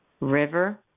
River